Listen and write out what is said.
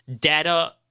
data